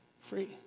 Free